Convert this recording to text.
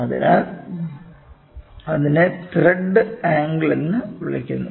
അതിനാൽ അതിനെ thread angle എന്ന് വിളിക്കുന്നു